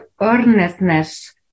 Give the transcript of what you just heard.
earnestness